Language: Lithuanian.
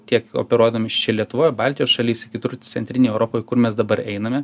tiek operuodami čia lietuvoje baltijos šalyse kitur centrinėj europoj kur mes dabar einame